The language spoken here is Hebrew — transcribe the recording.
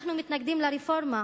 אנחנו מתנגדים לרפורמה,